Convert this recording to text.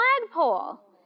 flagpole